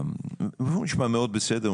הוא נשמע לי מאוד בסדר,